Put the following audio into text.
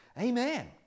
Amen